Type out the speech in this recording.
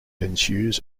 ensues